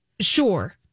sure